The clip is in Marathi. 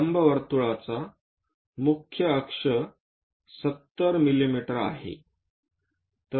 लंबवर्तुळाचा मुख्य अक्ष 70 मिमी आहे